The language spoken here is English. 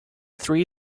three